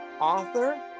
author